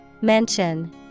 Mention